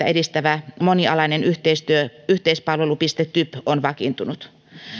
edistävä monialainen yhteispalvelupiste typ on vakiintunut